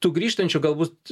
tų grįžtančių galbūt